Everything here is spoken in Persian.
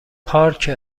پارکه